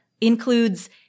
includes